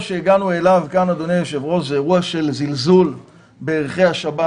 חיוניים למגזר הכפרי כאשר בבירור אין דרישה לדבר הזה.